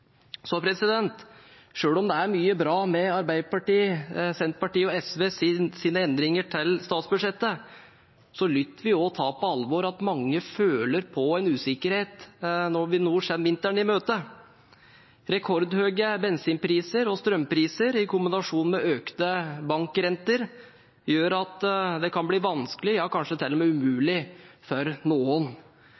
om det er mye bra med Arbeiderpartiets, Senterpartiets og SVs endringer i statsbudsjettet, må vi også ta på alvor at mange føler på en usikkerhet når vi nå går vinteren i møte. Rekordhøye bensinpriser og strømpriser i kombinasjon med økte bankrenter gjør at det kan bli vanskelig – ja, kanskje